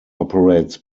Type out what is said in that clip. operates